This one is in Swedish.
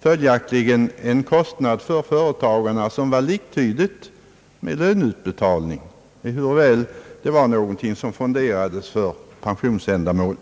Följaktligen var avgifterna till ATP en kostnad för företagarna som var liktydig med löneutbetalning, fastän pengarna fonderades för pensionsändamål.